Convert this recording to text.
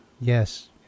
Yes